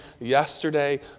yesterday